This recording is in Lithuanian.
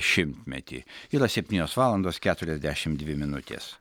šimtmetį yra septynios valandos keturiasdešimt dvi minutės